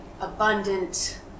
abundant